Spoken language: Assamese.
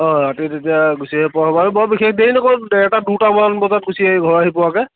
অঁ ৰাতি তেতিয়া গুছি আহিব পৰা হ'ব আৰু বৰ বিশেষ দেৰি নকৰোঁ ডেৰটা দুটামান বজাত গুছি আহি ঘৰ আহি পোৱাকৈ